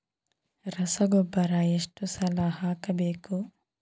ರಸಗೊಬ್ಬರ ಎಷ್ಟು ಸಲ ಹಾಕಬೇಕು?